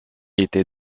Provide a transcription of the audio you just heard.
était